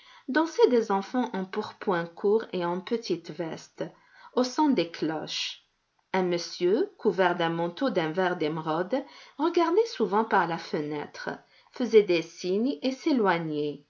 dansaient des enfants en pourpoint court et en petite veste au son des cloches un monsieur couvert d'un manteau d'un vert d'émeraude regardait souvent par la fenêtre faisait des signes et